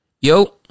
Yo